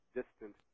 distant